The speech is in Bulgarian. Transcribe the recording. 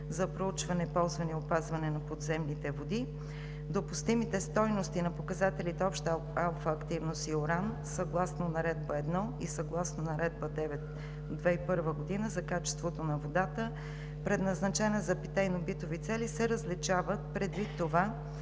за проучване, ползване и опазване на подземните води. Допустимите стойности на показателите обща алфа активност и уран, съгласно Наредба № 1 и съгласно Наредба № 9 от 2001 г. за качеството на водата, предназначена за питейно-битови цели, се различават, предвид това,